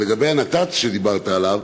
ולגבי הנת"צ שדיברת עליו,